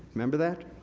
remember that?